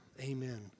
Amen